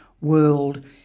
world